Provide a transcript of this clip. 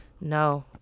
No